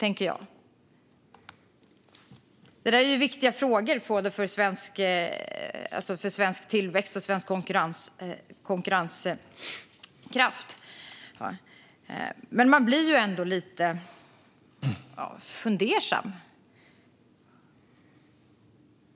Detta är ju viktiga frågor för svensk tillväxt och konkurrenskraft. Man blir lite fundersam.